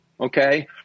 Okay